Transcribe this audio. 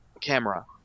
camera